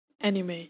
anime